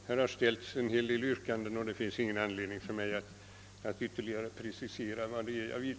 Det har ställts en hel del yrkanden, men det finns för mig ingen anledning att ytterligare precisera vad jag vill.